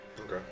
Okay